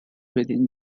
within